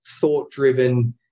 thought-driven